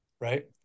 right